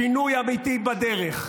שינוי אמיתי בדרך.